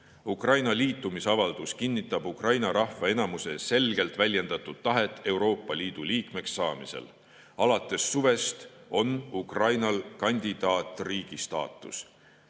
Ukraina liitumisavaldus kinnitab Ukraina rahva enamuse selgelt väljendatud tahet Euroopa Liidu liikmeks saamisel. Alates suvest on Ukrainal kandidaatriigi staatus.